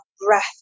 breath